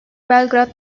belgrad